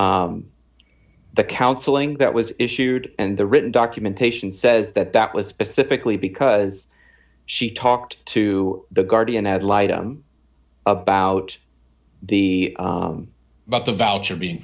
the the counseling that was issued and the written documentation says that that was specifically because she talked to the guardian ad litum about the about the voucher being